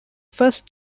first